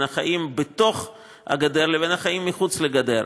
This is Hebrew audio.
החיים בתוך הגדר לבין החיים מחוץ לגדר.